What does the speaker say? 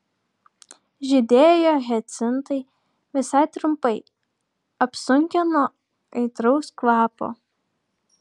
žydėjo hiacintai visai trumpai apsunkę nuo aitraus kvapo